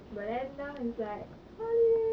but then now is like holiday